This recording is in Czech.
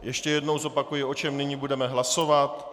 Ještě jednou zopakuji, o čem nyní budeme hlasovat.